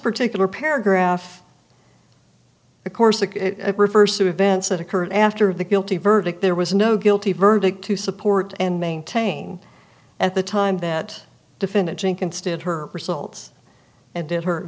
particular paragraph of course the reverse of events that occurred after the guilty verdict there was no guilty verdict to support and maintain at the time that defendant think instead her results and then